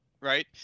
Right